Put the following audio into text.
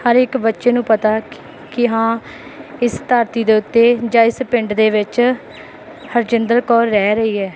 ਹਰ ਇੱਕ ਬੱਚੇ ਨੂੰ ਪਤਾ ਕਿ ਹਾਂ ਇਸ ਧਰਤੀ ਦੇ ਉੱਤੇ ਜਾਂ ਇਸ ਪਿੰਡ ਦੇ ਵਿੱਚ ਹਰਜਿੰਦਰ ਕੌਰ ਰਹਿ ਰਹੀ ਹੈ